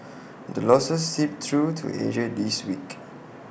the losses seeped through to Asia this week